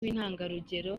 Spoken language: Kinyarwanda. w’intangarugero